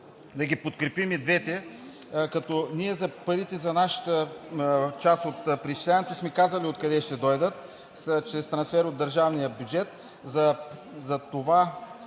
да подкрепим и двете. Ние парите за нашата част от преизчисляването сме казали откъде ще дойдат – чрез трансфер от държавния бюджет. А за това